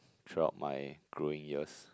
throughout my growing years